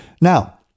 Now